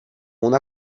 una